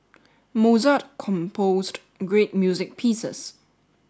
Mozart composed great music pieces